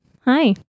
Hi